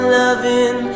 loving